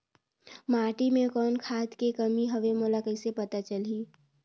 माटी मे कौन खाद के कमी हवे मोला कइसे पता चलही?